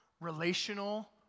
relational